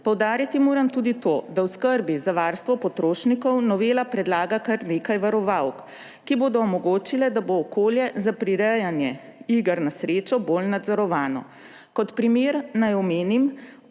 Poudariti moram tudi to, da v skrbi za varstvo potrošnikov novela predlaga kar nekaj varovalk, ki bodo omogočile, da bo okolje za prirejanje iger na srečo bolj nadzorovano. Kot primer naj omenim